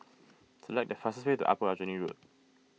select the fastest way to Upper Aljunied Road